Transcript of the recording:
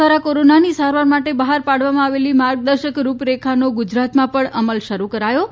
દ્વારા કોરોનાની સારવાર માટે બહાર પાડવામાં આવેલી માર્ગદર્શક રૂપરેખાનો ગુજરાતમાં પણ અમલ શરૂ કરાયો છે